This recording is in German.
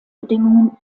bedingungen